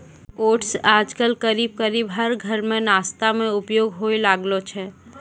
oats आजकल करीब करीब हर घर मॅ नाश्ता मॅ उपयोग होय लागलो छै